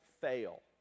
fail